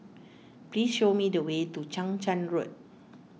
please show me the way to Chang Charn Road